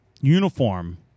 uniform